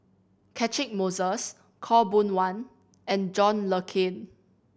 Catchick Moses Khaw Boon Wan and John Le Cain